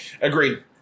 Agreed